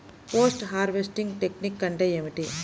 Post harvesting technique అంటే ఏమిటీ?